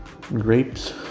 grapes